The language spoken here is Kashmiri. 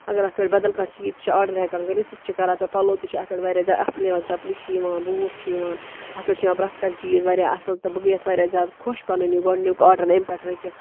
اَگر اَتھ پٮٹھ بَدل کانٛہہ چیٖز چھُ آرڈَر ہٮ۪کان کٔرِتھ سُہ تہِ چھِ کَران تہٕ پَلو تہِ چھِ اَتھ پٮ۪ٹھ واریاہ زیادٕ اَصٕل یوان چَپلہِ چھِ یِوان بوٗٹھ چھِ یِوان اَتھ پٮ۪ٹھ چھِ یِوان پریٚتھ کانٛہہ چیٖز واریاہ اَصٕل تہٕ بہٕ گٔیَس واریاہ خۄش پَنُن یہِ گۄڈٕنیُک آرڈَر أمۍ پٮ۪ٹھ رٔٹِٹھ